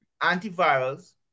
antivirals